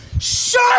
shut